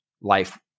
life